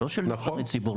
לא של נבחרי ציבור,